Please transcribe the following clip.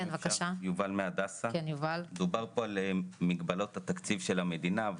דובר פה על מגבלות התקציב של המדינה,